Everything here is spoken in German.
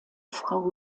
frau